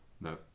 No